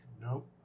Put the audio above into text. nope